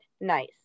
nice